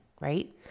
right